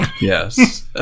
Yes